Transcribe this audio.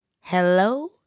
Hello